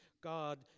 God